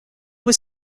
was